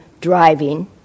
driving